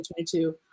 2022